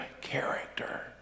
character